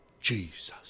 Jesus